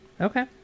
okay